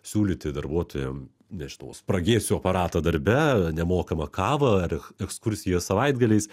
siūlyti darbuotojam nežinau spragėsių aparatą darbe nemokamą kavą ar ekskursiją savaitgaliais